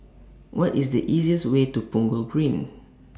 What IS The easiest Way to Punggol Green